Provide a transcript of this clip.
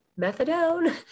methadone